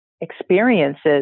experiences